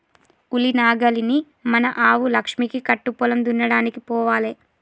ఉలి నాగలిని మన ఆవు లక్ష్మికి కట్టు పొలం దున్నడానికి పోవాలే